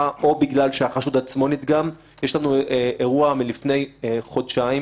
או לנסות להימלט ממקום כליאתו מישראל,